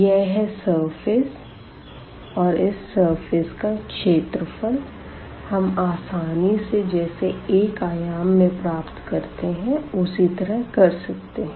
यह है सरफेस और इस सरफेस का एरिया हम आसानी से जैसे एक आयाम में प्राप्त करते है उसी तरह कर सकते है